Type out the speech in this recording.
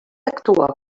actua